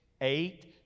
eight